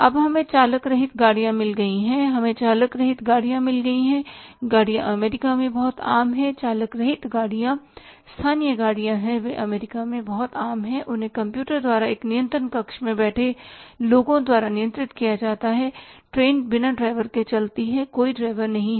अब हमें चालक रहित गाड़ियाँ मिल गई हैं हमें चालक रहित गाड़ियाँ मिल गई हैं गाड़ियाँ अमेरिका में बहुत आम हैं चालक रहित गाड़ियाँ स्थानीय गाड़ियाँ हैं वे अमेरिका में बहुत आम हैं उन्हें कंप्यूटर द्वारा एक नियंत्रण कक्ष में बैठे लोगों द्वारा नियंत्रित किया जाता है ट्रेन बिना ड्राइवर के चलती है कोई ड्राइवर नहीं है